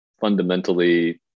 fundamentally